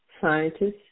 scientists